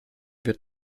wird